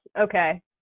okay